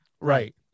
Right